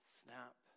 snap